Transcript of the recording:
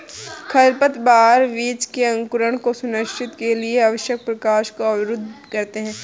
खरपतवार बीज के अंकुरण को सुनिश्चित के लिए आवश्यक प्रकाश को अवरुद्ध करते है